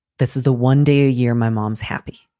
this is the one day a year my mom's happy.